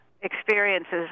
experiences